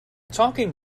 talking